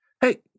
hey